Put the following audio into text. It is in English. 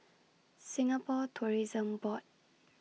Singapore Tourism Board